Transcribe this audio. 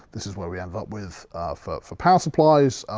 this is what we ended up with for for power supplies.